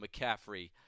McCaffrey